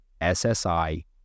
SSI